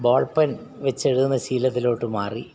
ball pen വെച്ചെഴുതുന്ന ശീലത്തിലോട്ടു മാറി